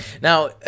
now